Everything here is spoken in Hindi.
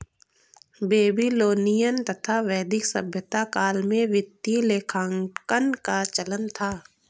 बेबीलोनियन तथा वैदिक सभ्यता काल में वित्तीय लेखांकन का चलन था